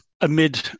amid